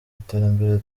iterambere